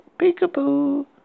Peek-a-boo